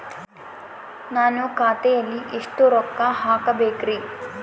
ನಾನು ಖಾತೆಯಲ್ಲಿ ಎಷ್ಟು ರೊಕ್ಕ ಹಾಕಬೇಕ್ರಿ?